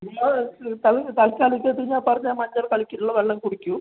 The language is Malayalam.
ചുമ്മാതെ തൽക്കാലം ഇത് ഇത് ഞാൻ പറഞ്ഞ മഞ്ഞൾ കലക്കിയിട്ടുള്ള വെള്ളം കുടിക്കൂ